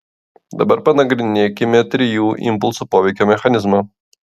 dabar panagrinėkime trijų impulsų poveikio mechanizmą